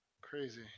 Crazy